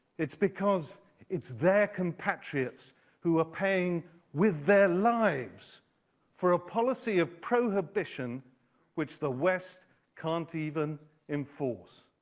it's because it's their compatriots who are paying with their lives for a policy of prohibition which the west can't even enforce.